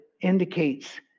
indicates